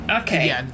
Okay